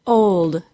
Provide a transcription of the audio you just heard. old